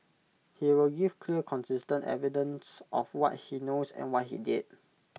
he will give clear consistent evidence of what he knows and what he did